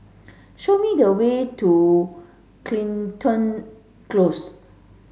show me the way to Crichton Close